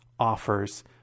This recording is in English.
Offers